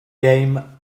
game